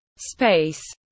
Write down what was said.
Space